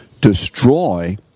Destroy